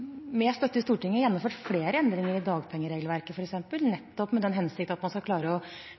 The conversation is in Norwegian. støtte i Stortinget, gjennomført flere endringer i dagpengeregelverket f.eks., nettopp i den hensikt at man skal klare